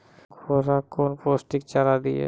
घोड़ा कौन पोस्टिक चारा दिए?